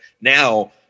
now